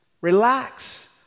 Relax